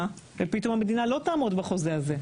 ופתאום המדינה לא תעמוד בחוזה הזה,